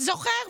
זוכר?